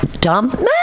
dumb